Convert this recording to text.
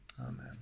amen